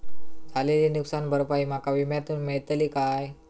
झालेली नुकसान भरपाई माका विम्यातून मेळतली काय?